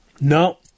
No